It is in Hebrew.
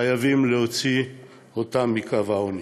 חייבים להוציא אותם מקו העוני.